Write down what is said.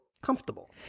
comfortable